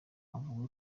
avuga